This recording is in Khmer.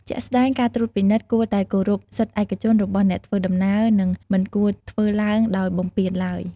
ជាក់ស្ដែងការត្រួតពិនិត្យគួរតែគោរពសិទ្ធិឯកជនរបស់អ្នកធ្វើដំណើរ និងមិនគួរធ្វើឡើងដោយបំពានឡើយ។